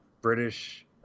British